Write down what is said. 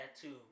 tattoo